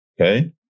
okay